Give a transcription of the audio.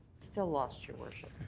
still lost, your worship.